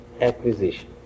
Acquisition